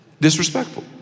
Disrespectful